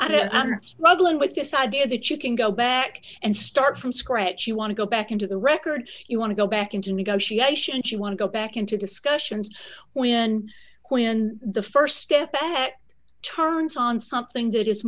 struggling with this idea that you can go back and start from scratch you want to go back into the records you want to go back into negotiations you want to go back into discussions when when the st step turns on something that is